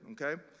okay